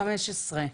פורום ה-15.